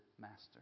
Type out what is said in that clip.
master